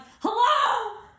hello